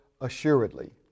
assuredly